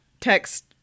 text